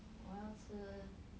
我要吃